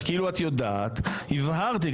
לכן, שיפרנו את החוק ואני מודה לכם על ההערות.